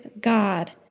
God